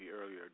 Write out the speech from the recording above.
earlier